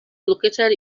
located